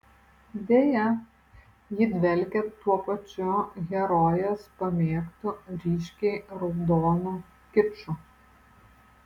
deja ji dvelkia tuo pačiu herojės pamėgtu ryškiai raudonu kiču